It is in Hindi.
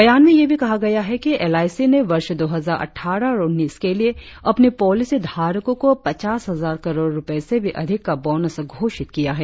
बयान में यह भी कहा गया है कि एलआईसी ने वर्ष दो हजार अटठारह उन्नीस के लिए अपने पॉलिसी धारकों को पचास हजार करोड़ रुपये से भी अधिक का बोनस घोषित किया है